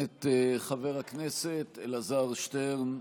את חבר הכנסת אלעזר שטרן.